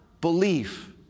belief